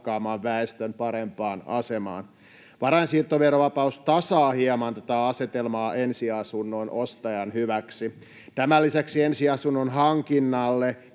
ja varakkaamman väestön parempaan asemaan. Varainsiirtoverovapaus tasaa hieman tätä asetelmaa ensiasunnon ostajan hyväksi. Tämän lisäksi ensiasunnon hankinnalle